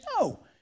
No